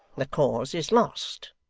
the cause is lost